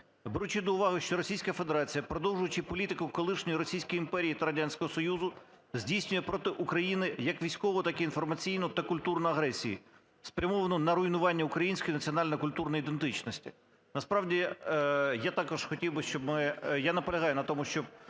"беручи до уваги, що Російська Федерація, продовжуючи політику колишньої Російської імперії та Радянського Союзу, здійснює проти України як військову, так і інформаційну та культурну агресію, спрямовану на руйнування української національно-культурної ідентичності". Насправді я також хотів би, щоб ми… я наполягаю на тому, щоб